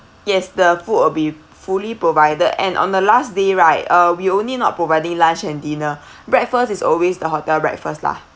yes the food will be fully provided and on the last day right uh we only not providing lunch and dinner breakfast is always the hotel breakfast lah